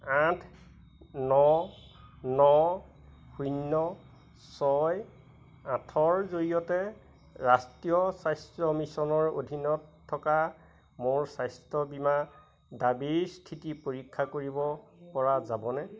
আঠ ন ন শূন্য ছয় আঠৰ জৰিয়তে ৰাষ্ট্ৰীয় স্বাস্থ্য মিছনৰ অধীনত থকা মোৰ স্বাস্থ্য বীমা দাবীৰ স্থিতি পৰীক্ষা কৰিবপৰা যাবনে